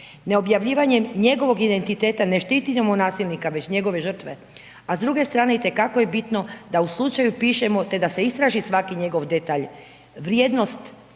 Neobjavljivanjem njegovog identiteta ne štitimo nasilnika već njegove žrtve, a s druge strane itekako je bitno da o slučaju pišemo te da se istraži svaki njegov detalj. Vrijednost